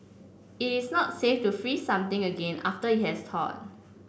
it is not safe to freeze something again after it has thawed